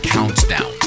Countdown